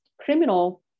criminal